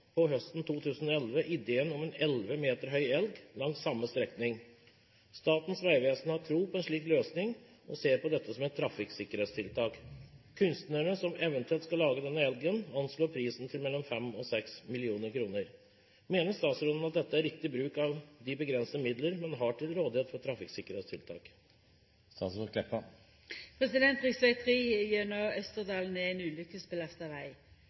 på høsten 2011 ideen om en 11 meter høy elg langs samme strekning. Statens vegvesen har tro på en slik løsning og ser på dette som et trafikksikkerhetstiltak. Kunstnerne som eventuelt skal lage denne elgen, anslår prisen til mellom 5 og 6 mill. kr. Mener statsråden dette er riktig bruk av de begrensede midlene man har til rådighet for trafikksikkerhetstiltak?» Riksveg 3 gjennom Østerdalen er